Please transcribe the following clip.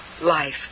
life